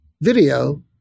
video